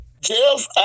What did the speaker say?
Jeff